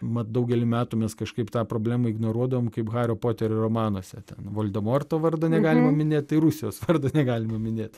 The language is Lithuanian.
mat daugelį metų mes kažkaip tą problemą ignoruodavom kaip hario poterio romanuose ten voldemorto vardo negalima minėti tai rusijos vardo negalima minėt